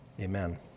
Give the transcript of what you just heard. Amen